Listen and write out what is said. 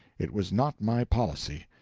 it was not my policy.